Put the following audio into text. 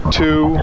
two